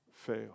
fail